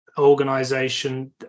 Organization